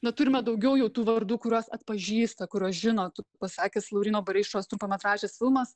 na turime daugiau jau tų vardų kuriuos atpažįsta kuriuos žino pasakęs lauryno bareišos trumpametražis filmas